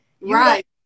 Right